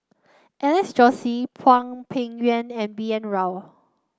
Alex Josey Hwang Peng Yuan and B N Rao